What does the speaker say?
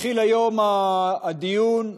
היום התחיל הדיון,